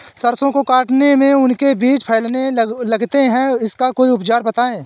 सरसो को काटने में उनके बीज फैलने लगते हैं इसका कोई उपचार बताएं?